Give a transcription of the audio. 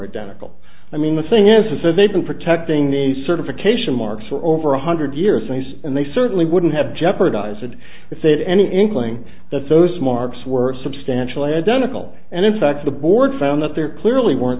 identical i mean the thing is to say they've been protecting a certification mark for over one hundred years and he's and they certainly wouldn't have jeopardized would you say that any inkling that those marks were substantially identical and in fact the board found that there clearly weren't